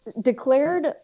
declared